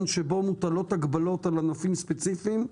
שבו מוטלות הגבלות על ענפים ספציפיים,